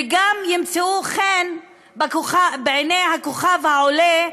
וגם ימצאו חן בעיני הכוכב העולה,